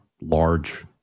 large